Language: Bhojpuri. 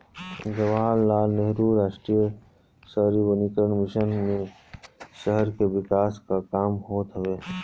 जवाहरलाल नेहरू राष्ट्रीय शहरी नवीनीकरण मिशन मे शहर के विकास कअ काम होत हवे